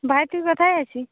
ভাই তুই কোথায় আছিস